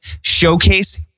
showcase